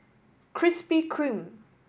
Krispy Kreme